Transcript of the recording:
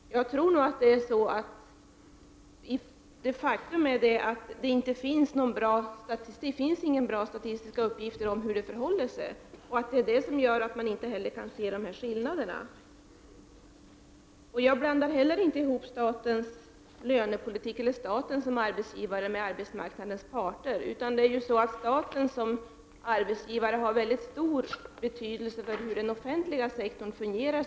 Faktum är att det inte finns några bra statistiska uppgifter om hur det förhåller sig, och det är det som gör att skillnaderna inte syns. Jag blandar inte ihop staten som arbetsgivare med arbetsmarknadens parter. Staten som arbetsgivare har en mycket stor betydelse för hur den offentliga sektorn fungerar.